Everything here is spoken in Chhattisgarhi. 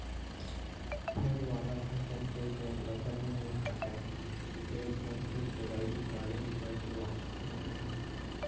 फर वाला फसल के पेड़ ल भले नइ काटय फेर फल के तोड़ाई करे बर लागथे भईर